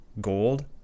Gold